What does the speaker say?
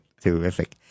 Terrific